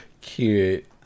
Cute